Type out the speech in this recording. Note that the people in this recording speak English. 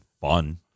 fun